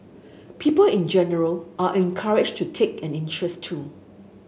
people in general are encouraged to take an interest too